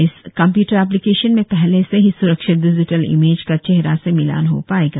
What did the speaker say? इस computer application में पहले से ही स्रक्षित डिजिटल इमेज का चेहरे से मिलान हो पाएगा